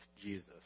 Jesus